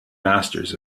masters